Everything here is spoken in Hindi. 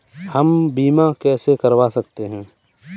हम बीमा कैसे करवा सकते हैं?